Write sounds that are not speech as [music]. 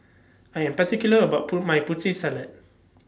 I Am particular about [unintelligible] My Putri Salad